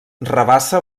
rabassa